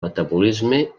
metabolisme